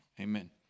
Amen